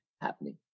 happening